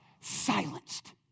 silenced